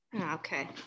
Okay